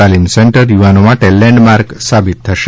તાલિમ સેન્ટર યુવાનો માટે લેન્ડમાર્ક સાબિત થશે